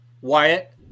Wyatt